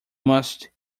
must